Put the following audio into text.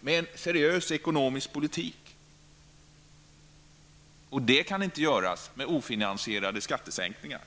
med seriös ekonomisk politik. Det kan inte ske med ofinansierade skattesänkningar.